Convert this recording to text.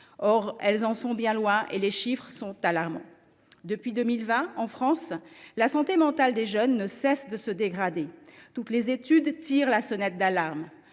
Or elles en sont bien loin, et les chiffres sont alarmants ! Depuis 2020, en France, la santé mentale des jeunes ne cesse de se dégrader. Toutes les études tirent la sonnette d’alarme.